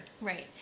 right